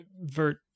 Vert